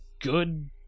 good